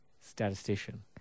Statistician